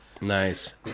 Nice